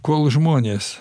kol žmonės